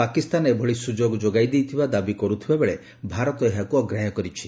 ପାକିସ୍ତାନ ଏଭଳି ସୁଯୋଗ ଯୋଗାଇ ଦେଇଥିବା ଦାବି କରୁଥିବା ବେଳେ ଭାରତ ଏହାକୁ ଅଗ୍ରାହ୍ୟ କହିଛି